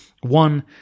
One